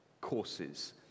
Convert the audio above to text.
courses